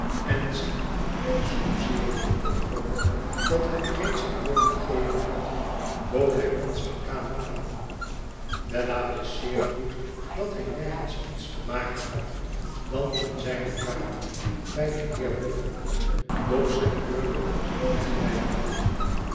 en zich excuseerende op grond dat hij reeds zijn woord gegeven had bood hij ons zijn kamer aan bella wist zeer goed dat hij nergens iets te maken had dan in zijne kamer bij den heer bofqn doch zij keurde zijn wegblijven goed